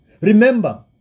Remember